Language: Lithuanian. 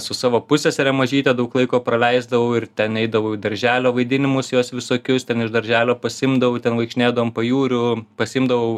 su savo pussesere mažyte daug laiko praleisdavau ir ten eidavau į darželio vaidinimus jos visokius ten iš darželio pasiimdavau ten vaikštinėdavom pajūriu pasiimdavau